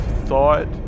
thought